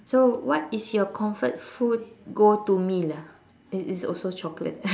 so what is your comfort food go to meal ah it's it's also chocolate